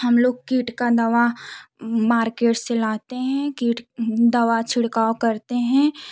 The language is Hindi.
हम लोग कीट का दवा मार्केट से लाते हैं कीट दवा छिड़काव करते हैं